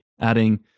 adding